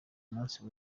munsi